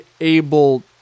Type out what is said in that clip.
able